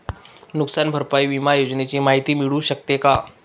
नुकसान भरपाई विमा योजनेची माहिती मिळू शकते का?